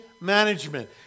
Management